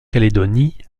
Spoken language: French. calédonie